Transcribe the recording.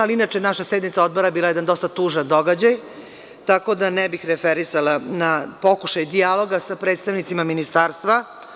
Ali, inače, naša sednica Odbora bila je jedan dosta tužan događaj, tako da ne bih referisala na pokušaj dijaloga sa predstavnicima Ministarstva.